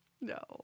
No